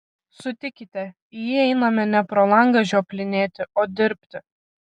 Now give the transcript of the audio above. sutikite į jį einame ne pro langą žioplinėti o dirbti